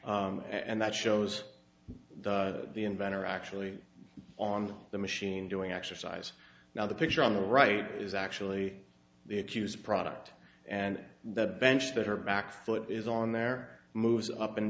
and that shows the inventor actually on the machine doing exercise now the picture on the right is actually the accused product and the bench that her back foot is on there moves up and